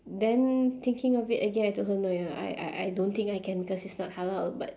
then thinking of it again I told her no ya I I I don't think I can cause it's not halal but